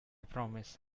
promise